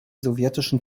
sowjetischen